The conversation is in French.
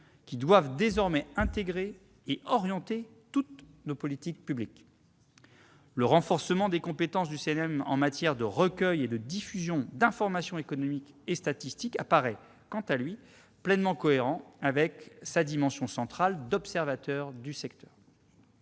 qui doivent désormais irriguer et orienter toutes nos politiques publiques. Le renforcement des compétences du CNM en matière de collecte et de diffusion d'informations économiques et statistiques apparaît, quant à lui, pleinement cohérent avec sa dimension centrale d'observation du secteur.